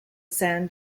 san